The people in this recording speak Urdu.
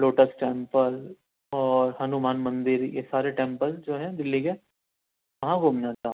لوٹس ٹیمپل اور ہنومان مندر یہ سارے ٹیمپل جو ہیں دلّی کے وہاں گھومنا تھا